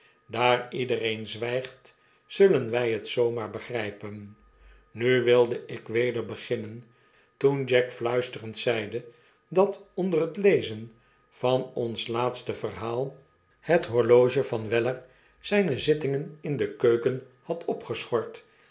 daar iedereen zwijgt zullen wij het zoo maar begrijpen nu wilde ik weder beginnen toen jack fluisterend zeide dat onder het lezen van ons laatste verhaal het horloge van welier zijne zittingen in de keuken had opgeschort